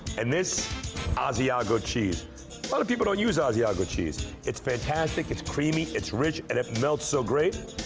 and this asiago cheese. a lot of people don't use ah asiago cheese. it's fantastic, it's creamy, it's rich, and it melts so great.